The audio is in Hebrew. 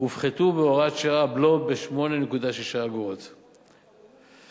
הופחת בהוראת שעה הבלו בכ-8.6 אגורות לליטר,